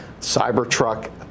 Cybertruck